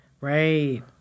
Right